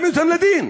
שיעמידו אותם לדין,